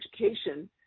education